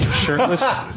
Shirtless